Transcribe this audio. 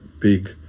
big